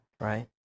Right